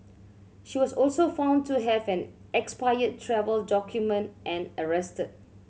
she was also found to have an expired travel document and arrested